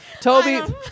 Toby